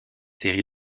série